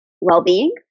well-being